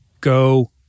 Go